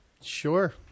sure